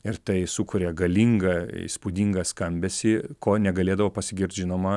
ir tai sukuria galingą įspūdingą skambesį kuo negalėdavo pasigirt žinoma